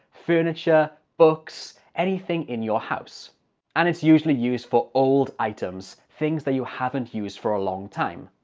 furniture, books anything in your house and it's usually used for old items things that you haven't used for a long time.